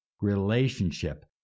relationship